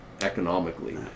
economically